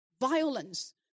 violence